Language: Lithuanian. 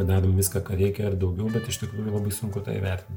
kadan jau viską ką reikia ir daugiau bet iš tikrųjų labai sunku tą įvertinti